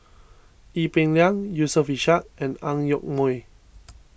Ee Peng Liang Yusof Ishak and Ang Yoke Mooi